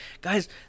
Guys